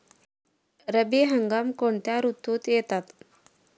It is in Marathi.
रब्बी हंगाम कोणत्या ऋतूत येतात?